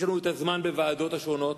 יש לנו זמן בוועדות השונות,